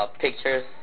pictures